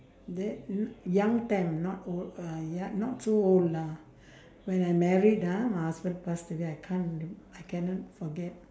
that young time not old uh ya not so old lah when I'm married ah my husband passed away I can't I cannot forget